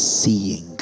seeing